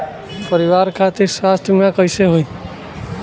परिवार खातिर स्वास्थ्य बीमा कैसे होई?